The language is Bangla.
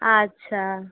আচ্ছা